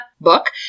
book